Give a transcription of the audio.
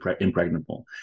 impregnable